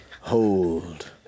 hold